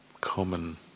common